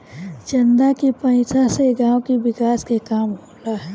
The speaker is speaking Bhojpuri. चंदा के पईसा से गांव के विकास के काम होला